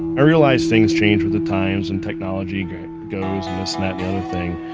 i realize things change with the times, and technology goes, and this,